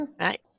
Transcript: Right